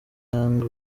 yanga